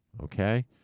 Okay